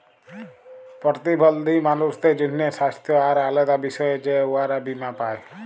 পরতিবল্ধী মালুসদের জ্যনহে স্বাস্থ্য আর আলেদা বিষয়ে যে উয়ারা বীমা পায়